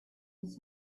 his